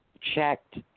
checked